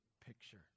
picture